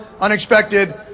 unexpected